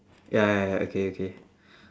ya ya ya okay okay